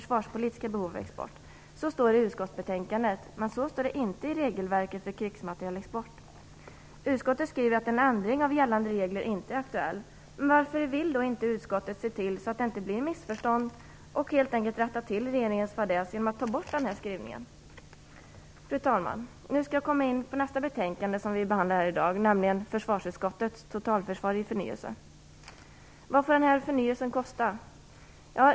Så står det i utskottsbetänkandet, men så står det inte i regelverket för krigsmaterielexporten. Utskottet skriver att en ändring av gällande regler inte är aktuell. Men varför vill då utskottet inte se till att det inte blir missförstånd och helt enkelt rätta till regeringens fadäs genom att ta bort den här skrivningen? Fru talman! Nu kommer jag in på nästa betänkande som vi skall behandla i dag, nämligen försvarsutskottets betänkande om totalförsvarets förnyelse. Vad får den här förnyelsen kosta?